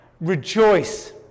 rejoice